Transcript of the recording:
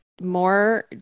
more